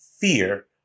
fear